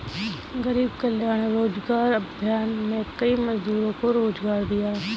गरीब कल्याण रोजगार अभियान में कई मजदूरों को रोजगार दिया